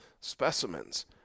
specimens